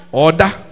Order